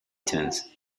tense